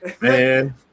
man